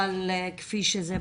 אבל כפי שזה בכנסת,